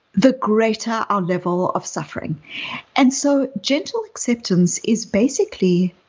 the greater our level of suffering and so gentle acceptance is basically,